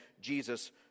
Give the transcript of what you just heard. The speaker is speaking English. Jesus